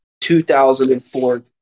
2004